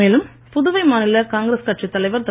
மேலும் புதுவை மாநில காங்கிரஸ் கட்சித் தலைவர் திரு